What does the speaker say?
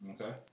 Okay